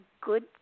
good